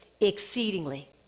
exceedingly